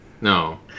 No